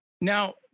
Now